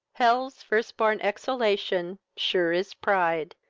hell's first born exhalation sure is pride!